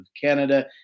Canada